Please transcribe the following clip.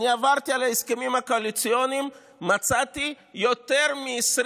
עברתי על ההסכמים הקואליציוניים ומצאתי יותר מ-20